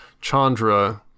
Chandra